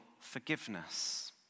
Forgiveness